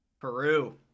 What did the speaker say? Peru